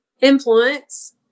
influence